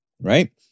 right